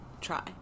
try